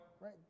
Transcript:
right